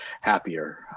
happier